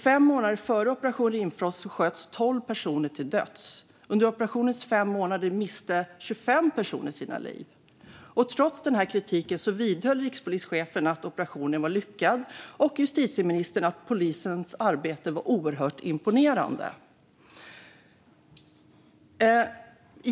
Fem månader före Operation Rimfrost sköts tolv personer till döds. Under operationens fem månader miste 25 personer livet. Trots kritiken vidhöll rikspolischefen att operationen varit lyckad och justitieministern att polisens arbete varit oerhört imponerande.